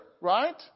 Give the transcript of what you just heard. right